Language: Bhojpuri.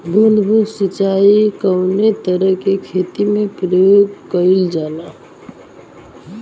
बूंद बूंद सिंचाई कवने तरह के खेती में प्रयोग कइलजाला?